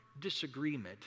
disagreement